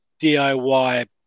DIY